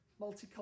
multicultural